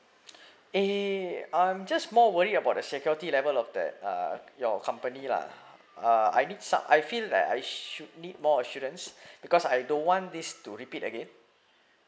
eh I'm just more worried about the security level of that uh your company lah uh I need som~ I feel that I should need more assurance because I don't want this to repeat again